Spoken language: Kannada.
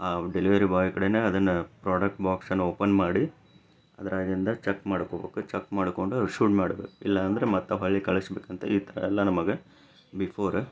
ಆ ಡೆಲಿವರಿ ಬಾಯ್ ಕಡೆನೇ ಅದನ್ನು ಪ್ರಾಡಕ್ಟ್ ಬಾಕ್ಸನ್ನು ಓಪನ್ ಮಾಡಿ ಅದ್ರಾಗಿಂದು ಚೆಕ್ ಮಾಡ್ಕೋಬೇಕು ಚೆಕ್ ಮಾಡಿಕೊಂಡು ಶೂಲ ಮಾಡಬೇಕು ಇಲ್ಲ ಅಂದ್ರೆ ಮತ್ತೆ ಹೊಳ್ಳಿ ಕಳ್ಸ್ಬೇಕಂತ ಈ ಥರ ಎಲ್ಲ ನಮಗೆ ಬಿಫೋರ